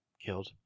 killed